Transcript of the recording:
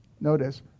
Notice